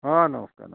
ହଁ ନମସ୍କାର ନମସ୍କାର